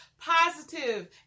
positive